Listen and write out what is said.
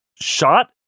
shot